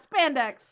spandex